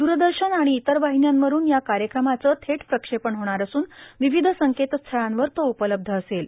द्रदशन आर्आण इतर वाहिन्यांवरुन या कायक्रमाचं थेट प्रक्षेपण होणार असून र्वावध संकेतस्थळांवर तो उपलब्ध असेल